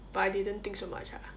but I didn't think so much ah